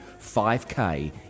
5k